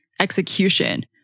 execution